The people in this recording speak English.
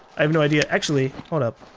i have no idea. actually hold up.